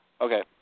Okay